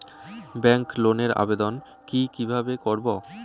Bank লোনের আবেদন কি কিভাবে করব?